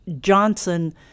Johnson